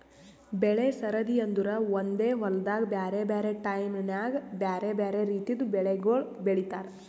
ಬೆಳೆ ಸರದಿ ಅಂದುರ್ ಒಂದೆ ಹೊಲ್ದಾಗ್ ಬ್ಯಾರೆ ಬ್ಯಾರೆ ಟೈಮ್ ನ್ಯಾಗ್ ಬ್ಯಾರೆ ಬ್ಯಾರೆ ರಿತಿದು ಬೆಳಿಗೊಳ್ ಬೆಳೀತಾರ್